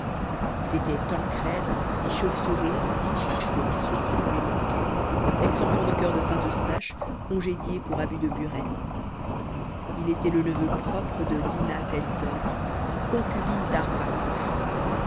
c'était tancrède dit chauve sourire parce que les sourcils lui manquaient ex enfant de choeur de saint-eustache congédié pour abus de burettes il était le neveu propre de dinah tête dor concubine darbre à couche